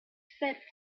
sept